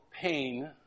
pain